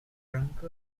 drunkard